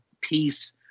Peace